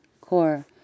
core